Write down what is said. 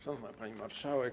Szanowna Pani Marszałek!